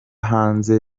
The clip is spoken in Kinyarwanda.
hanze